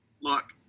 look